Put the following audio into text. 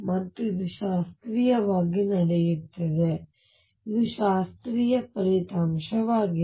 ಮತ್ತು ಇದು ಶಾಸ್ತ್ರೀಯವಾಗಿ ನಡೆಯುತ್ತದೆ ಇದು ಶಾಸ್ತ್ರೀಯ ಫಲಿತಾಂಶವಾಗಿದೆ